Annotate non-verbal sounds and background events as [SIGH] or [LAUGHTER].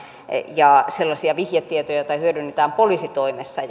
ja sellaisia vihjetietoja joita hyödynnetään poliisitoimessa [UNINTELLIGIBLE]